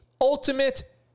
ultimate